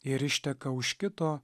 ir išteka už kito